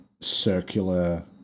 circular